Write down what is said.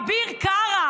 אביר קארה,